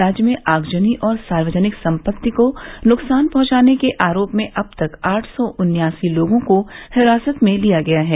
राज्य में आगजनी और सार्वजनिक संपत्ति को नुकसान पहुंचाने के आरोप में अब तक आठ सौ उन्यासी लोगों को हिरासत में लिया गया है